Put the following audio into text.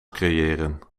creëren